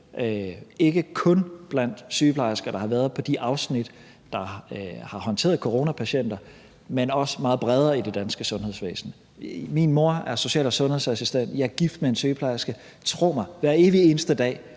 ikke kun blandt sygeplejersker, der har været på de afsnit, der har håndteret coronapatienter, men også meget bredere i det danske sundhedsvæsen. Min mor er social- og sundhedsassistent, jeg er gift med en sygeplejerske, og tro mig, hver evig eneste dag